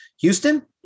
Houston